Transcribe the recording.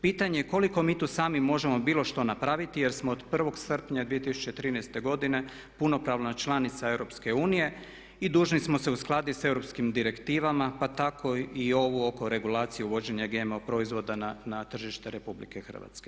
Pitanje je koliko mi tu sami možemo bilo što napraviti jer smo od 1. srpnja 2013. godine punopravna članica EU i dužni smo se uskladiti sa europskim direktivama pa tako i ovu oko regulacije uvođenja GMO proizvoda na tržište RH.